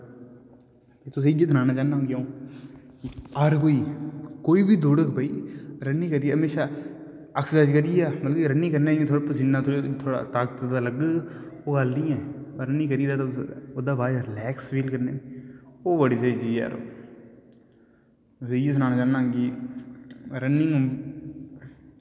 तुसें इ'यै सनाना चाह्न्ना अ'ऊं हर कोई कोई बी दौड़ग भाई रनिंग करदे म्हेशां ऐक्सर्साइज करियै रनिंग कन्नै बी पसीन्ना थोह्ड़ा ताकत दा लग्ग ओह् गल्ल निं ऐ रनिंग करियै ओह्दे शा बाद रिलैक्स फील करने ओह् बड़ी स्हेई चीज ऐ इ'यै सनाना चाह्न्ना कि रनिंग